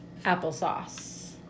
applesauce